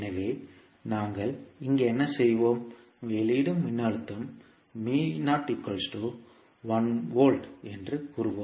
எனவே நாங்கள் இங்கே என்ன செய்வோம் வெளியீட்டு மின்னழுத்தம் Vo 1 V என்று கூறுவோம்